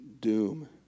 doom